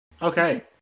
Okay